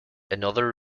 another